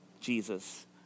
Jesus